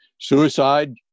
Suicide